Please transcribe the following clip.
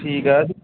ਠੀਕ ਆ